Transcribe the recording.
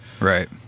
right